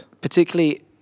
particularly